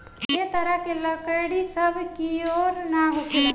ए तरह के लकड़ी सब कियोर ना होखेला